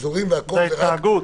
ההתנהגות.